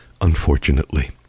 unfortunately